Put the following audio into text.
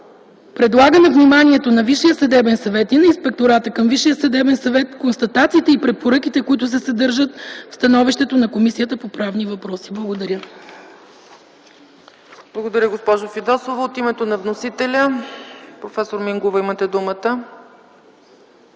Предлага на вниманието на Висшия съдебен съвет и на Инспектората към Висшия съдебен съвет констатациите и препоръките, които се съдържат в становището на Комисията по правни въпроси.” Благодаря. ПРЕДСЕДАТЕЛ ЦЕЦКА ЦАЧЕВА: Благодаря, госпожо Фидосова. От името на вносителя? Професор Мингова, имате думата.